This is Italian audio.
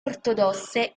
ortodosse